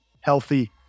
healthy